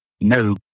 no